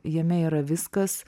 jame yra viskas